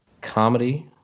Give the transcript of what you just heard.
comedy